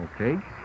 okay